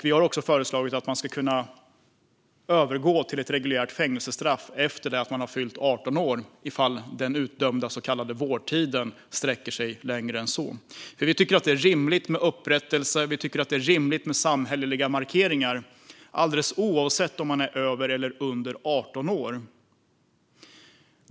Vi har även föreslagit att man ska kunna övergå till ett reguljärt fängelsestraff efter det att man har fyllt 18 år om den utdömda så kallade vårdtiden sträcker sig längre än så. Vi tycker att det är rimligt med upprättelse. Vi tycker att det är rimligt med samhälleliga markeringar, alldeles oavsett om man är över eller under 18 år.